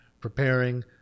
preparing